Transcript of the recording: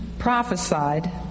Prophesied